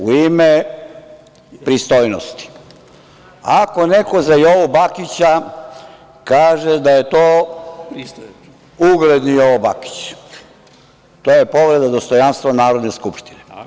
U ime pristojnosti, ako neko za Jovu Bakića kaže da je to ugledni Jovo Bakić, to je povreda dostojanstva Narodne skupštine.